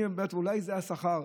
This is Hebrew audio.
אולי זה השכר.